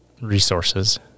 resources